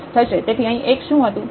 તેથી અહીં x શું હતું